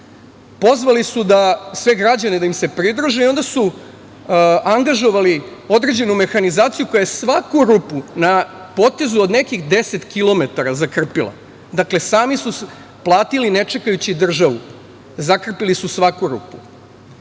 Pozvali su sve građane da im se pridruže i onda su angažovali određenu mehanizaciju koja je svaku rupu na potezu od nekih deset kilometara zakrpila, dakle sami su platili ne čekajući državu, zakrpili su svaku